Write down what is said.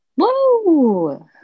whoa